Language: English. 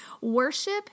worship